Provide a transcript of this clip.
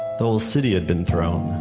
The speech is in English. the whole city had been thrown.